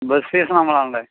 bus fees നമ്മളാണല്ലേ